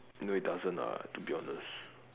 no it doesn't lah to be honest